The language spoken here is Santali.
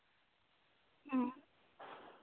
ᱦᱮᱸ